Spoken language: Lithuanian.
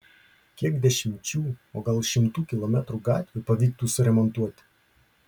kiek dešimčių o gal šimtų kilometrų gatvių pavyktų suremontuoti